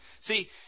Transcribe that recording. See